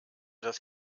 das